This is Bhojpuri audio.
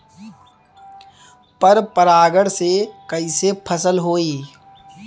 पर परागण से कईसे फसल होई?